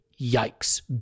yikes